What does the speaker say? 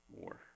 more